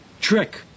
Trick